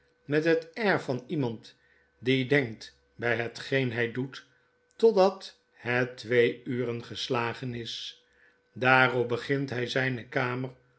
met het air van iemand die denkt bij hetgeen hij doet totdat het twee uren geslagen is daarop begint hij zijne kamer